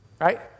Right